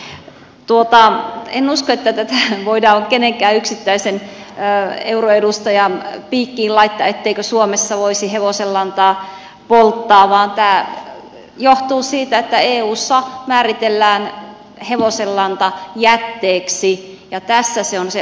en usko että tätä voidaan kenenkään yksittäisen euroedustajan piikkiin laittaa etteikö suomessa voisi hevosenlantaa polttaa vaan tämä johtuu siitä että eussa määritellään hevosenlanta jätteeksi ja tässä on se ongelma